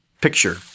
Picture